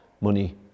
money